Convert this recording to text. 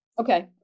Okay